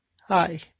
hi